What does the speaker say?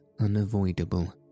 unavoidable